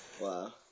Wow